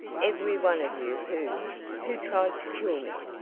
every one of you who who tried to kill me!